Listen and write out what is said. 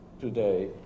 today